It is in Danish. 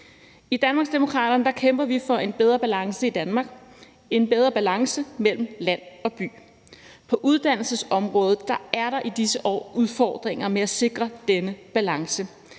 I Danmarksdemokraterne kæmper vi for en bedre balance i Danmark, en bedre balance mellem land og by. På uddannelsesområdet er der i disse år udfordringer med at sikre denne balance.